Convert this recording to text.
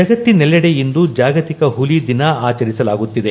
ಜಗತ್ತಿನೆಲ್ಲೆಡೆ ಇಂದು ಜಾಗತಿಕ ಹುಲಿ ದಿನ ಆಚರಿಸಲಾಗುತ್ತಿದೆ